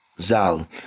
Zal